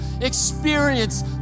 experience